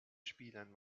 spielen